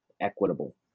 equitable